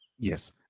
Yes